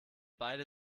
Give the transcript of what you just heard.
beide